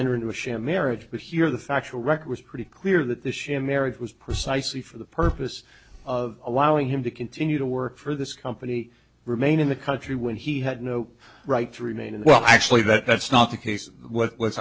enter into a sham marriage but here the factual record was pretty clear that the sham marriage was precisely for the purpose of allowing him to continue to work for this company remain in the country when he had no right to remain in the well actually that's not the case what